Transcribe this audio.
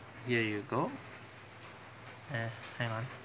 here you go eh hang on